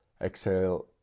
exhale